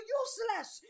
useless